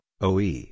OE